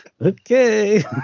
okay